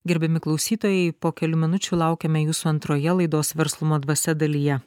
gerbiami klausytojai po kelių minučių laukiame jūsų antroje laidos verslumo dvasia dalyje